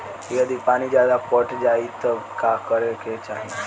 यदि पानी ज्यादा पट जायी तब का करे के चाही?